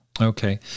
Okay